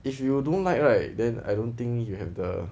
if you don't like right then I don't think you have the